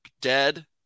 dead